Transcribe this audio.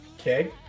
Okay